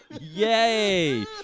Yay